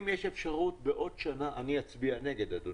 אדוני, אני אצביע נגד.